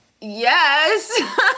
yes